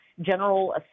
general